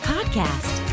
Podcast